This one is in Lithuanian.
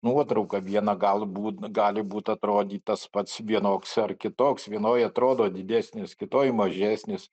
nuotrauka viena galbūt gali būt atrodyti tas pats vienoks ar kitoks vienoje atrodo didesnis kitoj mažesnės